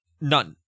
None